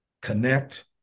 connect